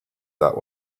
that